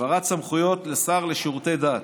העברת סמכויות לשר לשירותי דת.